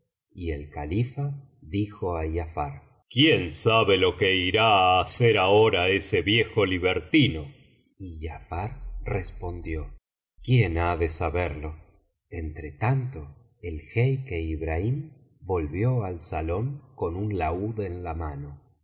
y el califa dijo á giafar quién sabe lo que irá á hacer ahora ese viejo libertino y giafar respondió quién ha de saberlo entretanto el jeique ibrahim volvió al salón con un laúd en la mano y